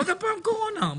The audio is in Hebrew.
עוד הפעם קורונה?